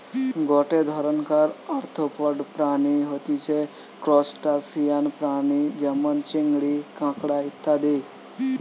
গটে ধরণকার আর্থ্রোপড প্রাণী হতিছে ত্রুসটাসিয়ান প্রাণী যেমন চিংড়ি, কাঁকড়া ইত্যাদি